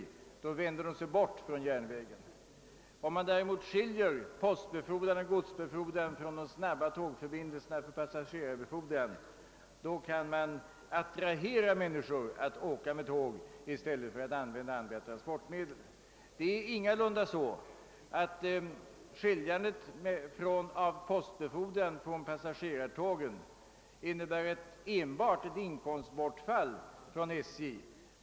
Då vänder de sig bort från järnvägen. Om man däremot skiljer postbefordran och godsbefordran från de snabba tågförbindelserna för passagerarbefordran kan man attrahera människor att resa med tåg i stället för att använda andra transportmedel. Det är därför ingalunda så att skiljandet av postbefordran från passagerartågen enbart innebär ett inkomstbortfall för SJ.